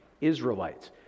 israelites